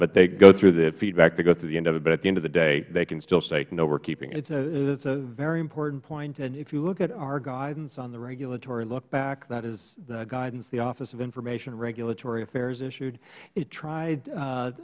but they go through the feedback to go through the end of it but at the end of the day they can still say no we are keeping it mister sunstein it is a very important point and if you look at our guidance on the regulatory look back that is the guidance the office of information and regulatory affairs issued it tried